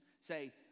say